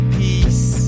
peace